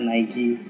Nike